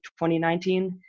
2019